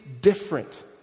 different